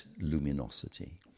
luminosity